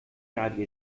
rari